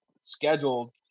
scheduled